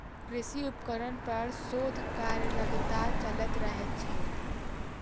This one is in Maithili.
कृषि उपकरण पर शोध कार्य लगातार चलैत रहैत छै